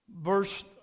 Verse